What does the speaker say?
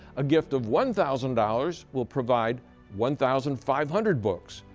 a gift of one thousand dollars will provide one thousand five hundred books.